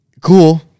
cool